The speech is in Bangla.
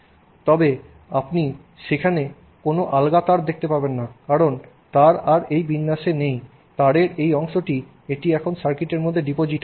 তবে আপনি সেখানে কোনও আলগা তার দেখতে পাবেন না কারণ তার আর এই বিন্যাসে নেই তারের এই অংশটি এটি এখন সার্কিটের মধ্যে ডিপোজিট হয়